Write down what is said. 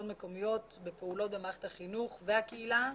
מקומיות בפעולות במערכת החינוך והקהילה.